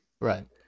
right